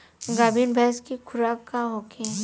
गाभिन भैंस के खुराक का होखे?